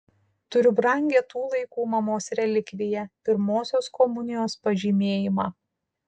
turiu brangią tų laikų mamos relikviją pirmosios komunijos pažymėjimą